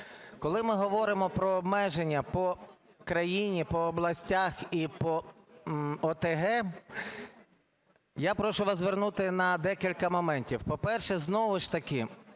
Коли ми говоримо про обмеження по країні, по областях і по ОТГ, я прошу вас звернути на декілька моментів. По-перше, знову ж таки